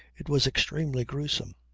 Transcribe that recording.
it was extremely gruesome.